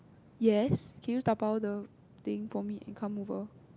yes can you dabao the thing for me and come over